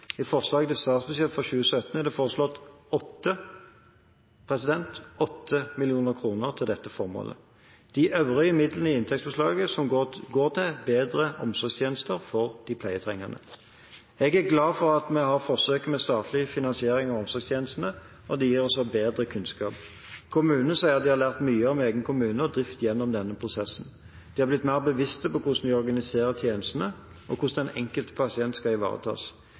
I forslag til statsbudsjett for 2017 er det foreslått 8 mill. kr – 8 mill. kr – til dette formålet. De øvrige midlene er inntektspåslag som går til bedre omsorgstjenester for de pleietrengende. Jeg er glad for at vi har forsøket med statlig finansiering av omsorgstjenestene, og det gir oss bedre kunnskap. Kommunene sier at de har lært mye om egen kommune og drift gjennom den prosessen. De har blitt mer bevisst på hvordan de organiserer tjenestene, og hvordan den enkelte pasient skal ivaretas.